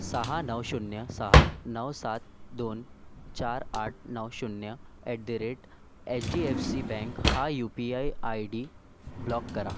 सहा नऊ शून्य सहा नऊ सात दोन चार आठ नऊ शून्य at the rate H D F C bank हा U P I I D block करा